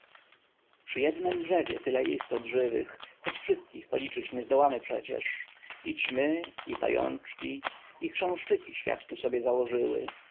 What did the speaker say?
przy jednem drzewie tyle istot żywych choć wszystkich policzyć nie zdołamy przecież i ćmy i pajączki i chrząszczyki świat tu sobie założyły